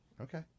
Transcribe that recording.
Okay